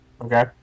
Okay